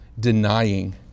denying